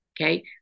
okay